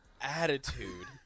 Attitude